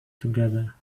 together